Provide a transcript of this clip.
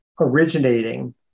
originating